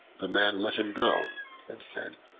the man let him go and said,